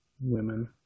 women